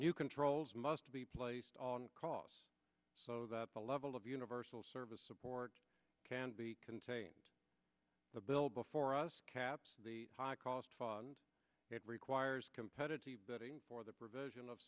new controls must be placed on costs so that the level of universal service support can be contained the bill before us caps the high cost fund it requires competitive bidding for the provision of